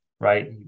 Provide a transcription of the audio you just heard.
Right